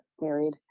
married